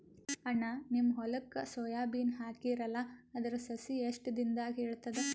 ಅಣ್ಣಾ, ನಿಮ್ಮ ಹೊಲಕ್ಕ ಸೋಯ ಬೀನ ಹಾಕೀರಲಾ, ಅದರ ಸಸಿ ಎಷ್ಟ ದಿಂದಾಗ ಏಳತದ?